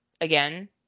again